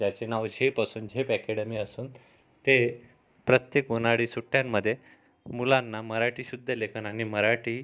ज्याचे नाव झेप असून झेप अकॅडेमी असून ते प्रत्येक उन्हाळी सुट्ट्यांमध्ये मुलांना मराठी शुद्धलेखन आणि मराठी